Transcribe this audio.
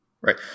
right